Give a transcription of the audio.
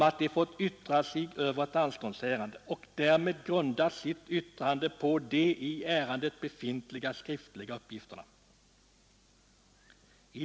Civilförvaltningen hade i ett anståndsärende fått grunda sitt yttrande på de i ärendet befintliga skriftliga uppgifterna.